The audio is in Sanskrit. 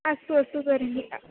अस्तु अस्तु तर्हि